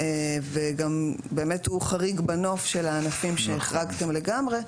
-- וגם באמת הוא חריג בנוף של הענפים שהחרגתם לגמרי,